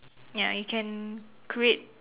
ya I can create